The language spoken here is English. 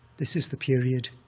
this is the period